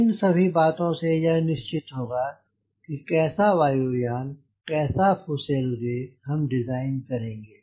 इन सभी बातों से यह निश्चित होगा कि कैसा वायु यान कैसा फुसेलगे हम डिज़ाइन करेंगे